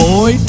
Boy